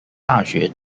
大学